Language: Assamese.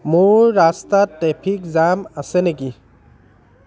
মোৰ ৰাস্তাত ট্ৰেফিক জাম আছে নেকি